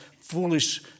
foolish